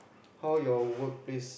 how your workplace